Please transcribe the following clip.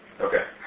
Okay